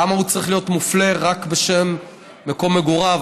למה הוא צריך להיות מופלה רק בשם מקום מגוריו?